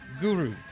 Guru